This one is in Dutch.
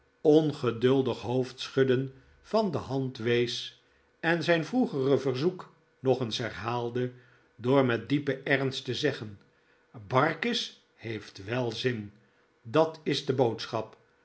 ongeduldig hoofdschudden van de hand wees en zijn vroegere verzoek nog eens herhaalde door met diepen ernst te zeggen barkis heeft wel zin dat is de boodschap